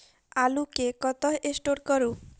आलु केँ कतह स्टोर करू?